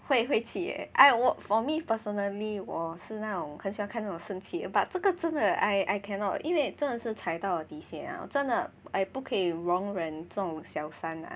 会会气 eh I 我 for me personally 我是那种很喜欢看这种生气 but 这个真的 I cannot 因为真的是踩到底线了真的 I 不可以容忍这种小三了